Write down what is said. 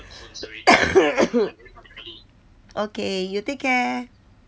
okay you take care